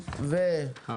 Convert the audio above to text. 34,